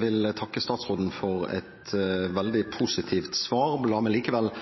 vil takke statsråden for et veldig positivt svar. La meg likevel